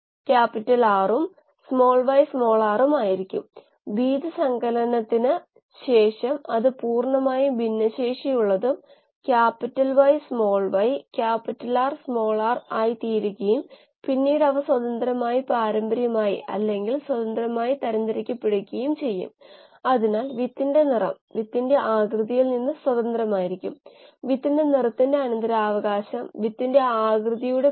നിങ്ങൾക്കറിയാമോ സെല്ലുകൾ ഒരു ഉൽപ്പന്നം ഉൽപാദിപ്പിക്കുന്ന യഥാർത്ഥ വ്യവസായ ശാലകളാണ് അതിനാൽ ഓരോ കോശത്തിൻറെയും സൂക്ഷ്മ പരിസരം അല്ലെങ്കിൽ പരിസ്ഥിതി അതേ നിലയിലുള്ള പ്രകടനം പ്രതീക്ഷിക്കുന്നതിന് സമാനമായി സൂക്ഷിക്കേണ്ടതുണ്ട്